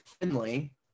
Finley